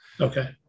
Okay